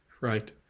right